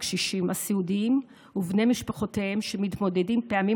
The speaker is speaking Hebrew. הקשישים הסיעודיים ובני משפחותיהם שמתמודדים פעמים